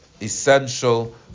essential